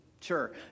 sure